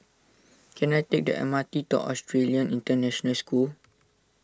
can I take the M R T to Australian International School